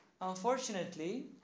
Unfortunately